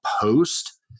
post